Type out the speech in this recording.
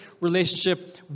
relationship